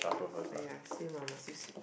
!aiya! same lah must use